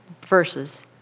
verses